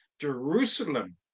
Jerusalem